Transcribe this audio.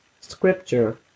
scripture